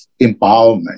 empowerment